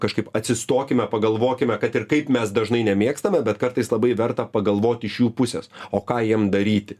kažkaip atsistokime pagalvokime kad ir kaip mes dažnai nemėgstame bet kartais labai verta pagalvoti iš jų pusės o ką jiem daryti